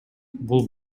бул